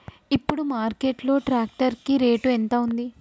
ఇప్పుడు మార్కెట్ లో ట్రాక్టర్ కి రేటు ఎంత ఉంది?